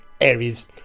Aries